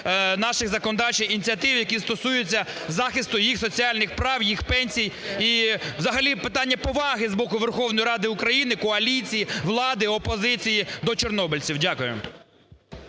наших законодавчих ініціатив, які стосуються захисту їх соціальних прав, їх пенсій, і взагалі питання поваги з боку Верховної Ради України, коаліції, влади, опозиції до чорнобильців. Дякую.